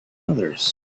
others